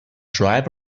drive